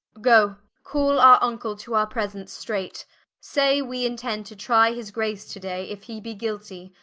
goe call our vnckle to our presence straight say, we intend to try his grace to day, if he be guiltie,